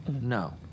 No